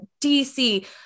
DC